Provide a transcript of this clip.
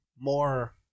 more